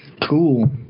cool